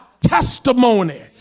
testimony